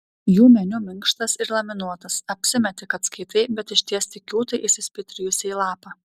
jų meniu minkštas ir laminuotas apsimeti kad skaitai bet išties tik kiūtai įsispitrijusi į lapą